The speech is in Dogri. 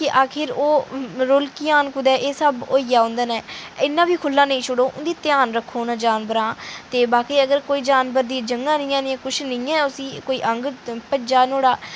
कि आखिर ओह् रुलकिया न कुतै एह् सब होई जा उं'दे कन्नै इन्ना बी खुह्ल्ला निं छोड़ो ध्यान रक्खो उ'नें जानवरें दा ते बाकी अगर कोई जानवर दी डंगा निं ऐ जां किश निं ऐ कोई अंग पंजे दा नुआढ़ा